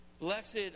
Blessed